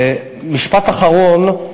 משפט אחרון: